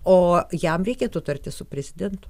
o jam reikėtų tartis su prezidentu